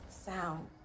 sound